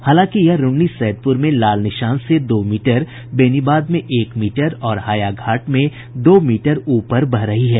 हालांकि यह रून्नीसैदपुर में खतरे के निशान से दो मीटर बेनीबाद में एक मीटर और हायाघाट में दो मीटर ऊपर बह रही है